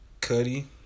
Cuddy